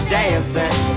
dancing